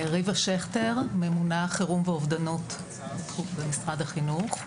אני ממונה חירום ואובדנות במשרד החינוך.